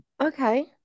Okay